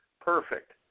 perfect